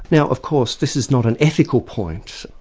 now of course this is not an ethical point,